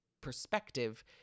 perspective